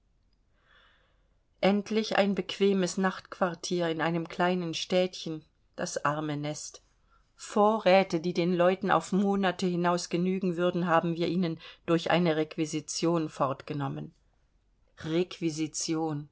endlich ein bequemes nachtquartier in einem kleinen städtchen das arme nest vorräte die den leuten auf monate hinaus genügen würden haben wir ihnen durch eine requisition fortgenommen requisition